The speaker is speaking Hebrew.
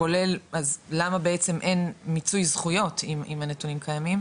אז למה בעצם אין מיצוי זכויות אם הנתונים קיימים.